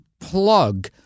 plug